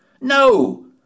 No